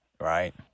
right